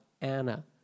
Anna